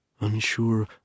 unsure